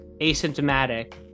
asymptomatic